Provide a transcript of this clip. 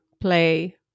play